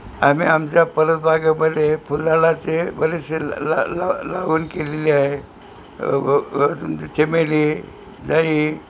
आम्ही आमच्या परस बागेमध्ये फुलाचे बरेचसे ला ला लावून केलेले आहे चमेली जाई